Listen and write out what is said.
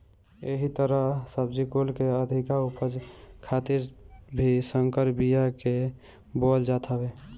एही तहर सब्जी कुल के अधिका उपज खातिर भी संकर बिया के बोअल जात हवे